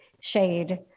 shade